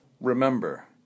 Remember